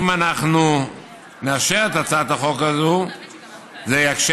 אם אנחנו נאשר את הצעת החוק הזאת זה יקשה